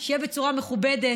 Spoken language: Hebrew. שיהיה בצורה מכובדת,